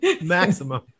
maximum